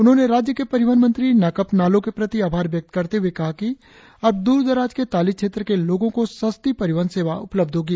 उन्होंने राज्य के परिवहन मंत्री नाकप नालो के प्रति आभार व्यक्त करते हुए कहा कि अब दूर दराज के ताली क्षेत्र के लोगो को सस्ती परिवहन सेवा उपलब्ध होगी